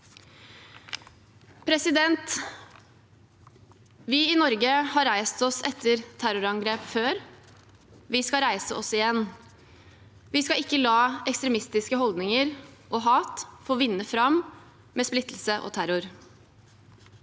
deg. Vi i Norge har reist oss etter terrorangrep før. Vi skal reise oss igjen. Vi skal ikke la ekstremistiske holdninger og hat få vinne fram med splittelse og terror.